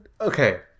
okay